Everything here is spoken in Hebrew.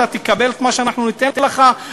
אתה תקבל את מה שאנחנו ניתן לך,